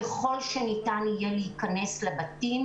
ככל שניתן יהיה להיכנס לבתים,